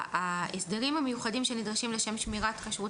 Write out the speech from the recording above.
ההסדרים המיוחדים שנדרשים לשים שמירת כשרות